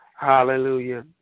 hallelujah